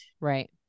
Right